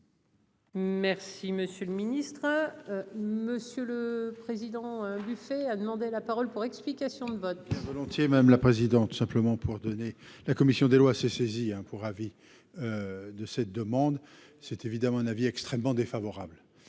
Merci monsieur le ministre. Monsieur le président du fait, a demandé la parole pour explication de vote. Volontiers, même la présidente simplement pour donner la commission des Lois s'est saisie pour avis. De cette demande. C'est évidemment un avis extrêmement défavorable.